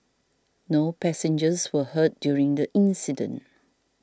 no passengers were hurt during the incident